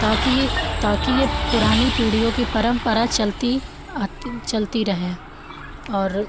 ताकि ताकि यह पुरानी पीढ़ियों की परम्परा चलती आती चलती रहे और